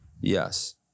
Yes